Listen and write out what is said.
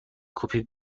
کپی